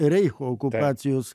reicho okupacijos